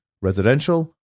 residential